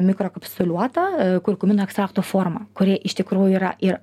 mikrokapsuliuota kurkumino ekstrakto forma kuri iš tikrųjų yra ir